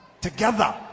together